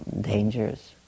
dangers